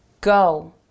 go